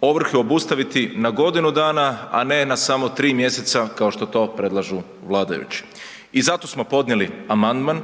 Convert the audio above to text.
ovrhe obustaviti na godinu dana, a ne na samo 3 mjeseca kao što to predlažu vladajući. I zato smo podnijeli amandman